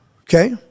okay